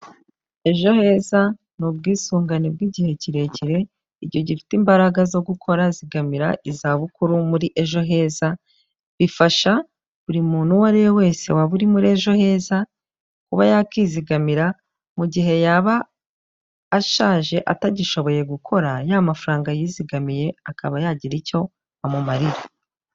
Ejo Heza n'ubwisungane bw'igihe kirekire igihe ugifite imbaraga zo gukora zigamira izabukuru muri Ejo Heza. Bifasha buri muntu uwo ari we wese waba uri muri Ejo Heza kuba yakizigamira. Mu gihe yaba ashaje atagishoboye gukora, ya mafaranga yizigamiye akaba yagira icyo amumarira.